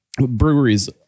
breweries